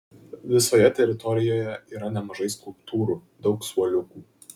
visoje teritorijoje yra nemažai skulptūrų daug suoliukų